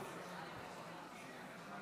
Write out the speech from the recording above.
ההצבעה.